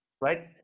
right